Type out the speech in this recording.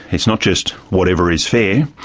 it's not just whatever is fair,